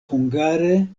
hungare